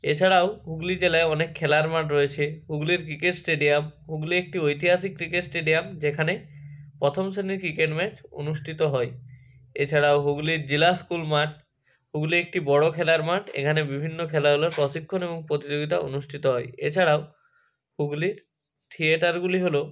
এছাড়াও হুগলি জেলায় অনেক খেলার মাঠ রয়েছে হুগলির ক্রিকেট স্টেডিয়াম হুগলি একটি ঐতিহাসিক ক্রিকেট স্টেডিয়াম যেখানে পথম শ্রেণীর ক্রিকেট ম্যাচ অনুষ্ঠিত হয় এছাড়াও হুগলির জেলা স্কুল মাঠ হুগলি একটি বড়ো খেলার মাঠ এখানে বিভিন্ন খেলাধুলার প্রশিক্ষণ এবং প্রতিযোগিতা অনুষ্ঠিত হয় এছাড়াও হুগলির থিয়েটারগুলি হলো